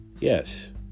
Yes